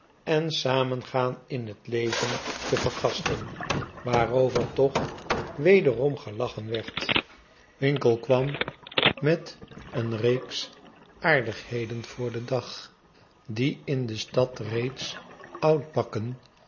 en samengaan in het leven te vergasten waarover toch wederom gelachen werd winkle kwara met een reeks aardigheden voor den dag die in de stad reeds